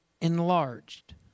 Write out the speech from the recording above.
enlarged